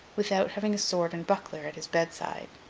without having a sword and buckler at his bedside.